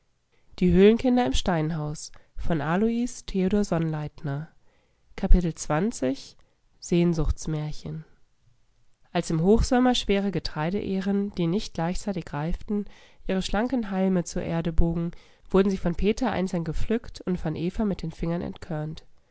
sehnsuchtsmärchen als im hochsommer schwere getreideähren die nicht gleichzeitig reiften ihre schlanken halme zur erde bogen wurden sie von peter einzeln gepflückt und von eva mit den fingern